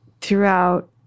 throughout